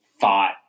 thought